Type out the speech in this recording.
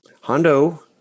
Hondo